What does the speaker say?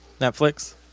netflix